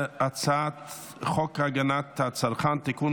הצעת חוק הגנת הצרכן (תיקון,